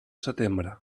setembre